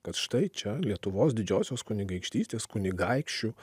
kad štai čia lietuvos didžiosios kunigaikštystės kunigaikščių